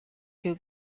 two